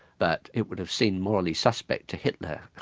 but it would have seemed morally suspect to hitler.